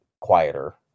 quieter